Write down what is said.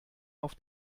auf